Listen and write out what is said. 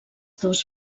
dos